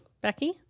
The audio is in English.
Becky